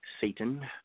Satan